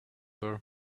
her